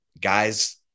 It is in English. guys